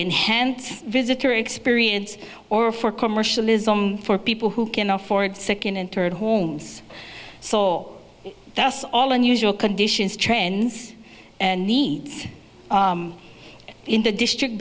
enhance visitor experience or for commercialism for people who can afford second and third homes saw that's all unusual conditions trends and needs in the district